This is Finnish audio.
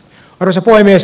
arvoisa puhemies